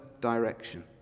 direction